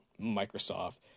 Microsoft